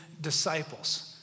disciples